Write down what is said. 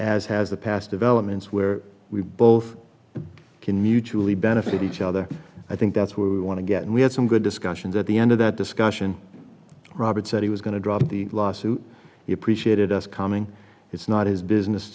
as has the past developments where we both can mutually benefit each other i think that's what we want to get and we had some good discussions at the end of that discussion robert said he was going to drop the lawsuit he appreciated us coming it's not his business